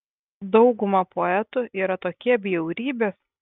dauguma poetų yra tokie bjaurybės